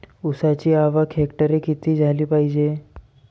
ऊसाची आवक हेक्टरी किती झाली पायजे?